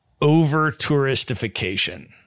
over-touristification